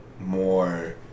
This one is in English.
more